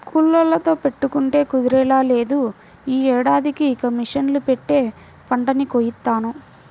కూలోళ్ళతో పెట్టుకుంటే కుదిరేలా లేదు, యీ ఏడాదికి ఇక మిషన్ పెట్టే పంటని కోయిత్తాను